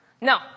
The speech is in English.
No